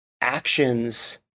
actions